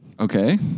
Okay